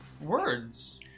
words